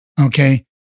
Okay